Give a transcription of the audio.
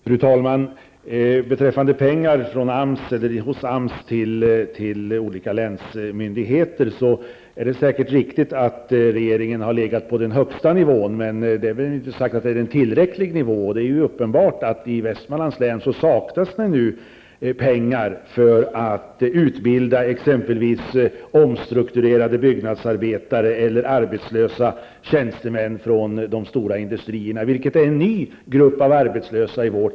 Fru talman! Beträffande pengar från AMS till olika länsmyndigheter är det säkert riktigt att regeringen har legat på den högsta nivån. Därmed är det inte sagt att det är en tillräcklig nivå. Det är uppenbart att man i Västmanlands län saknar pengar för att t.ex. utbilda omstrukturerade byggnadsarbetare eller arbetslösa tjänstemän från de stora industrierna. Det här är en ny grupp arbetslösa i vårt län.